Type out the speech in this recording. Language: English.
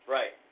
Right